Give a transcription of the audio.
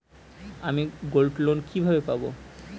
আমি গোল্ডলোন কিভাবে পাব?